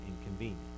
inconvenient